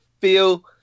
feel